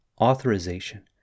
authorization